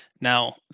Now